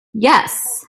yes